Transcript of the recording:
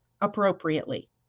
appropriately